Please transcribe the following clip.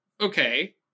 Okay